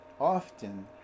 Often